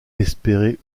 espérer